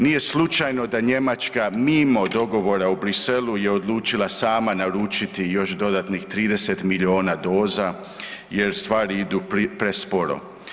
Nije slučajno da Njemačka mimo dogovora u Bruxellesu je odlučila sama naručiti još dodatnih 30 milijuna doza, jer stvari idu presporo.